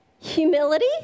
humility